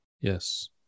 Yes